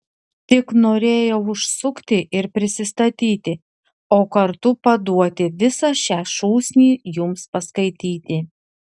tik norėjau užsukti ir prisistatyti o kartu paduoti visą šią šūsnį jums paskaityti